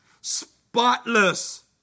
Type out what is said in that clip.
spotless